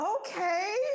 Okay